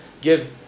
give